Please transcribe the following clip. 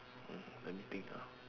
mm let me think ah